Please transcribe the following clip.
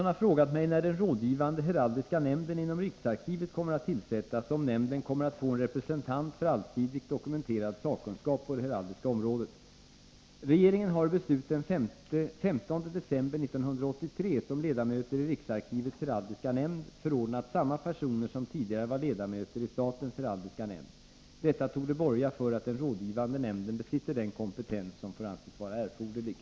När kommer den rådgivande heraldiska nämnden inom riksarkivet att tillsättas, och kan man då förvänta sig, att nämnden kommer att få en representant för allsidigt dokumenterad sakkunskap på det heraldiska området?